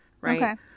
Right